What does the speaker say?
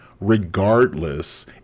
regardless